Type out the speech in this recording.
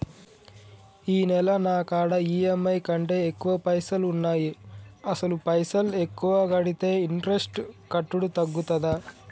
ఈ నెల నా కాడా ఈ.ఎమ్.ఐ కంటే ఎక్కువ పైసల్ ఉన్నాయి అసలు పైసల్ ఎక్కువ కడితే ఇంట్రెస్ట్ కట్టుడు తగ్గుతదా?